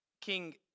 King